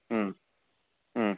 ம் ம்